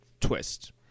twist